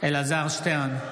אלעזר שטרן,